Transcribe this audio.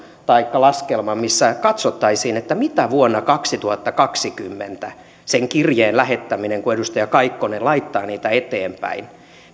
taikka laskelman missä katsottaisiin mitä vuonna kaksituhattakaksikymmentä sen kirjeen lähettämiseen menee kun edustaja kaikkonen laittaa niitä eteenpäin